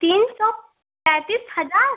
तीन सौ पैंतीस हज़ार